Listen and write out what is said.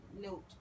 note